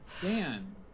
Dan